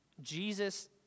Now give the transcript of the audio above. jesus